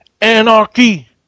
Anarchy